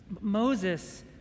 Moses